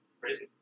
Crazy